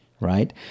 right